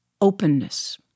openness